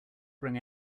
bring